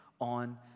on